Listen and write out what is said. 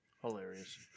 Hilarious